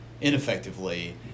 ineffectively